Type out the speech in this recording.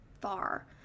far